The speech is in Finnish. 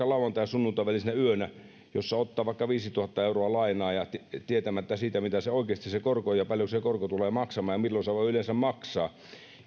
lauantain ja sunnuntain välisenä yönä ottaa vaikka viisituhatta euroa lainaa tietämättä mitä oikeasti se korko on ja paljonko se korko tulee maksamaan ja milloin sen voi yleensä maksaa